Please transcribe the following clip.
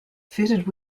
fitted